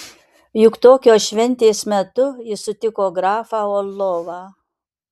juk tokios šventės metu ji sutiko grafą orlovą